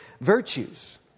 virtues